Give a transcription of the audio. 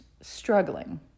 struggling